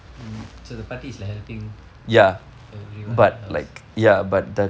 hmm so the paatti is like helping everyone in the house